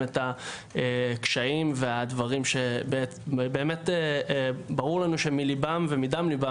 את הקשיים והדברים שבאמת ברור לנו שמליבם ומדם ליבם